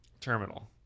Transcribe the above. Terminal